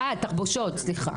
אה, תחבושות, סליחה.